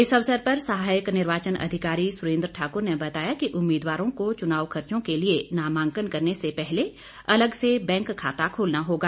इस अवसर पर सहायक निर्वाचन अधिकारी सुरेन्द्र ठाकुर ने बताया कि उम्मीदवारों को चुनाव खर्चो के लिए नामांकन करने से पहले अलग बैंक खाता खोलना होगा